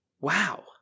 Wow